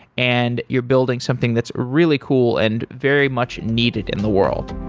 and you're building something that's really cool and very much needed in the world.